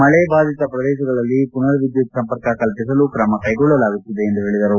ಮಳೆ ಬಾಧಿತ ಪ್ರದೇಶಗಳಲ್ಲಿ ಪುನರ್ ವಿದ್ಯುತ್ ಸಂಪರ್ಕ ಕಲ್ಪಿಸಲು ಕ್ರಮಕ್ಟೆಗೊಳ್ಳಲಾಗುತ್ತಿದೆ ಎಂದು ಹೇಳಿದರು